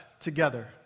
together